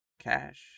cash